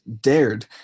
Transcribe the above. dared